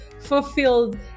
fulfilled